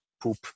poop